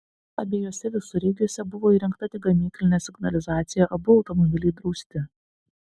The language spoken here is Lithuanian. abiejuose visureigiuose buvo įrengta tik gamyklinė signalizacija abu automobiliai drausti